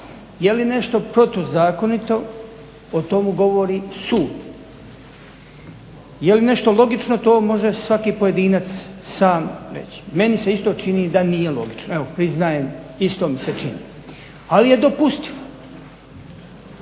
Je li nešto protuzakonito o tomu govori sud. Je li nešto logično to može svaki pojedinac sam reći. Meni se isto čini da nije logično, evo priznajem isto mi se čini. Ali je dopustivo.